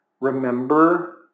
remember